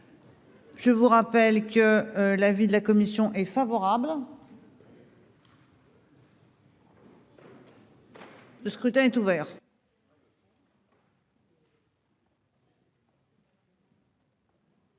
Je vous rappelle que l'avis de la commission est favorable. Le scrutin est ouvert.